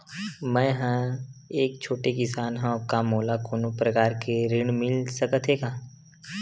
मै ह एक छोटे किसान हंव का मोला कोनो प्रकार के ऋण मिल सकत हे का?